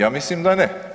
Ja mislim da ne.